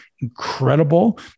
incredible